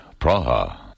Praha